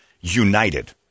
united